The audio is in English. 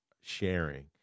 sharing